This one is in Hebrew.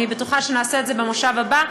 ואני בטוחה שנעשה את זה במושב הבא.